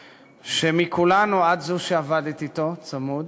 שמכולנו את זו שעבדה אתו צמוד,